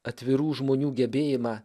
atvirų žmonių gebėjimą